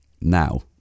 now